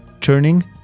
turning